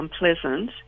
unpleasant